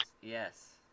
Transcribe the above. Yes